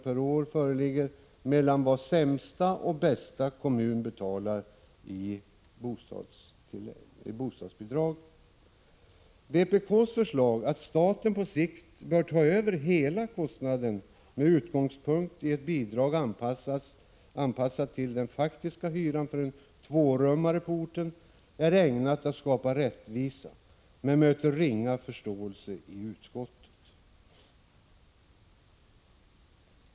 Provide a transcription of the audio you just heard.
per år mellan den kommun som betalar ut mest i bostadsbidrag och den kommun som betalar ut minst. Vpk:s förslag, att staten på sikt bör ta över hela kostnaden i form av ett bidrag som är anpassat till den faktiska hyran för en tvårummare på orten, är ägnat att skapa rättvisa. Men förslaget möter ringa förståelse i utskottet.